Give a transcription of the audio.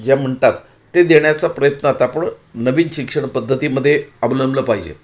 जे म्हणतात ते देण्याचा प्रयत्न आता आपण नवीन शिक्षण पद्धतीमध्ये अवलंबलं पाहिजे